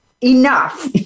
enough